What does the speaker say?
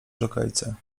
dżokejce